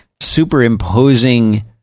superimposing